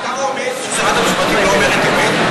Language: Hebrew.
אתה רומז ששרת המשפטים לא אומרת אמת?